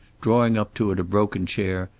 drawing up to it a broken chair,